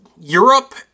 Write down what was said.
Europe